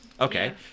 Okay